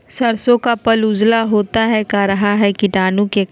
सरसो का पल उजला होता का रहा है की कीटाणु के करण?